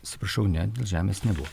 atsiprašau ne žemės nebuvo